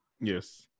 Yes